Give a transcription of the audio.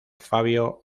fabio